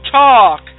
talk